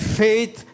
faith